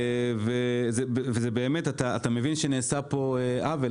אתה מבין שנעשה פה עוול,